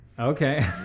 Okay